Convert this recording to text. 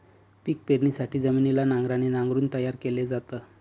पिक पेरणीसाठी जमिनीला नांगराने नांगरून तयार केल जात